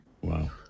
wow